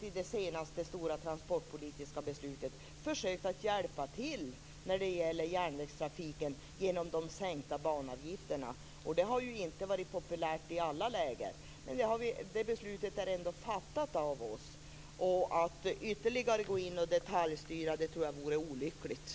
I det senaste stora transportpolitiska beslutet har vi faktiskt försökt att hjälpa till när det gäller järnvägstrafiken genom de sänkta banavgifterna. Det har ju inte varit populärt i alla läger. Men det beslutet är ändå fattat av oss. Jag tror att det vore olyckligt att ytterligare gå in och detaljstyra.